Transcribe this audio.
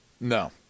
No